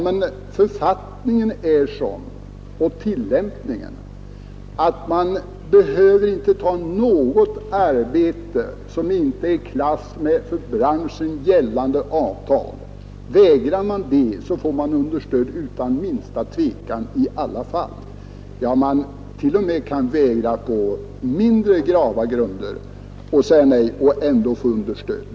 Men författningen är sådan liksom också tillämpningen att man inte behöver ta något arbete som inte är i klass med för branschen gällande avtal. Vägrar man ta ett sådant arbete får man understöd utan minsta tvekan. Man kan t.o.m. vägra på mindre grava grunder och ändå få understöd.